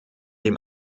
dem